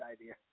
idea